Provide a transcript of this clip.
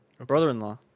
brother-in-law